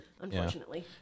Unfortunately